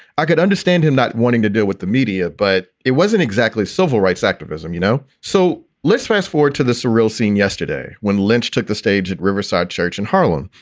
i could understand him not wanting to deal with the media, but it wasn't exactly civil rights activism, you know so let's fast forward to the surreal scene yesterday when lynch took the stage at riverside church in harlem.